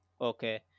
Okay